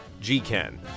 G-Ken